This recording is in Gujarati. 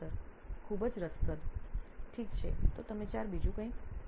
પ્રાધ્યાપક ખૂબ જ રસપ્રદ ઠીક તો તમે 4 બીજું કંઈ